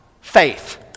faith